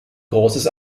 großes